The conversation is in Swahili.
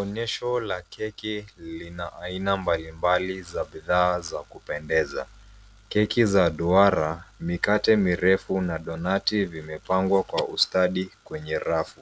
Onyesho la keki lina aina mbalimbali za bidhaa za kupendeza. Keki za duara, mikate mirefu na donati vimepangwa kwa ustadi kwenye rafu.